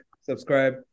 subscribe